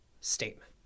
statement